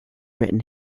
written